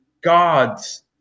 God's